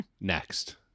Next